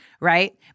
right